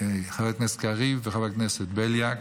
חבר כנסת קריב וחבר הכנסת בליאק,